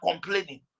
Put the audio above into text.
complaining